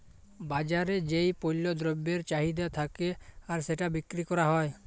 বাজারে যেই পল্য দ্রব্যের চাহিদা থাক্যে আর সেটা বিক্রি ক্যরা হ্যয়